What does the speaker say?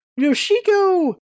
Yoshiko